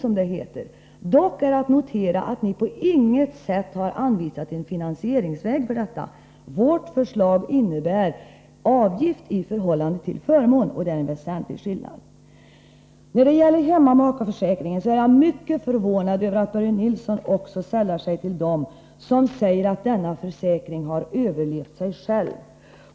Ni har emellertid inte anvisat någon som helst finansieringsväg. Vårt förslag innebär en avgift i förhållande till förmånen. Det är således en väsentlig skillnad mellan förslagen. När det gäller hemmamakeförsäkringen är jag mycket förvånad över att även Börje Nilsson sällar sig till dem som menar att denna försäkring överlevt sig själv.